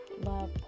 love